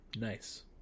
Nice